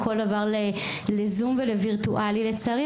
הכול עבר לזום ולווירטואלי לצערי,